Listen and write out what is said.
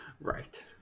Right